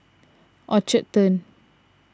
Orchard Turn